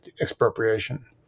expropriation